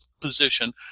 position